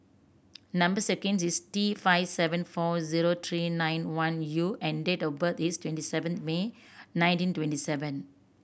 number sequence is T five seven four zero three nine one U and date of birth is twenty seven May nineteen twenty one